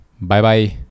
Bye-bye